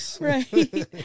right